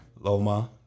Loma